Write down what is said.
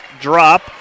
drop